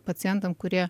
pacientam kurie